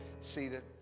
seated